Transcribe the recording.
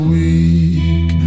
weak